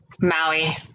Maui